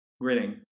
Grinning